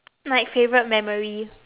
like favourite memory